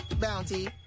bounty